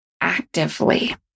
actively